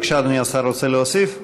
בבקשה, אדוני השר, רוצה להוסיף?